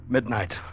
Midnight